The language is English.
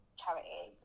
charity